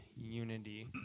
unity